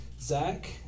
Zach